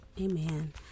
Amen